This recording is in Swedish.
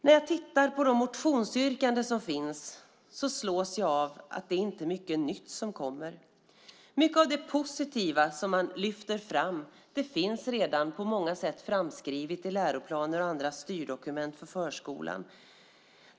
När jag tittar på de motionsyrkanden som finns slås jag av att det inte är mycket nytt som kommer. Mycket av det positiva som man lyfter fram finns redan på många sätt framskrivet i läroplaner och andra styrdokument för förskolan.